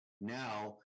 now